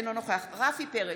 אינו נוכח רפי פרץ,